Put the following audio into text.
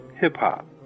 hip-hop